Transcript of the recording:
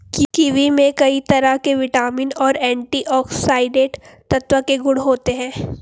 kiwi में कई तरह के विटामिन और एंटीऑक्सीडेंट तत्व के गुण होते है